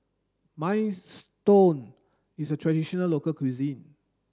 Minestrone is a traditional local cuisine